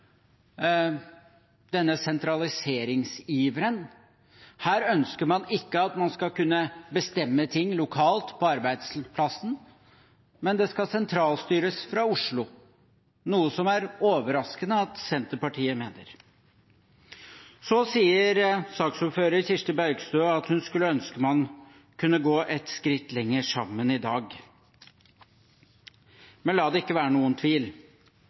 denne sentraliseringsiveren. Her ønsker man ikke at man skal kunne bestemme ting lokalt på arbeidsplassen, men det skal sentralstyres fra Oslo – noe som det er overraskende at Senterpartiet mener. Saksordfører Kirsti Bergstø sier at hun skulle ønske at man sammen kunne gått et skritt lenger i dag. Men la det ikke være noen tvil: